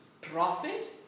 profit